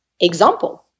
Example